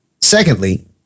secondly